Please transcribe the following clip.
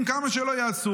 כמה שלא יעשו,